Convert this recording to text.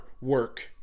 work